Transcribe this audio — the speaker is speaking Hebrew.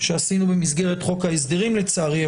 שעשינו במסגרת חוק ההסדרים לצערי,